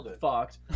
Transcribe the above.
fucked